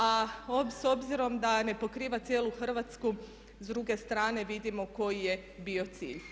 A s obzirom da ne pokriva cijelu Hrvatsku s druge strane vidimo koji je bio cilj.